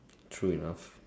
true enough